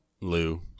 Lou